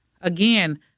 again